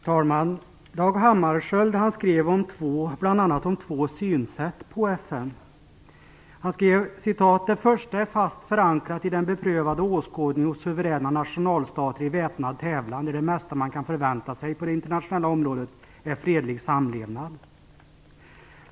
Fru talman! Dag Hammarskjöld skrev bl.a. om två synsätt på FN: "Det första är fast förankrat i den beprövade åskådningen hos suveräna nationalstater i väpnad tävlan, där det mesta man kan förvänta sig på det internationella området är fredlig samlevnad.